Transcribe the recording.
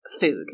food